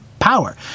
Power